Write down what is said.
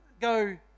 go